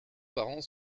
parents